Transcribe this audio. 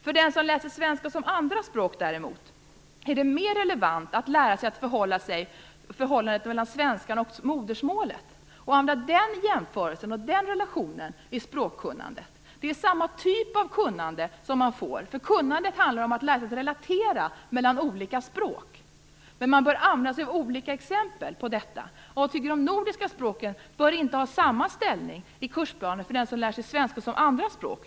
För den som läser svenska som andra språk är det däremot mer relevant att lära sig om förhållandet mellan svenskan och modersmålet och att använda den jämförelsen och relationen i språkkunnandet. Det är samma typ av kunnande man får. Kunnandet handlar om att lära sig relatera mellan olika språk. Men man bör använda sig av olika exempel på detta. De nordiska språken bör inte ha samma ställning i kursplanen för dem som lär sig svenska som andra språk.